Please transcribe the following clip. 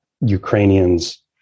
Ukrainians